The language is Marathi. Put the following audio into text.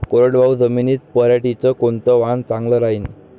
कोरडवाहू जमीनीत पऱ्हाटीचं कोनतं वान चांगलं रायीन?